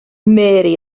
mary